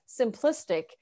simplistic